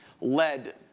led